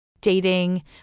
dating